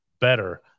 Better